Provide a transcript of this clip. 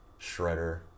shredder